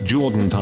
Jordan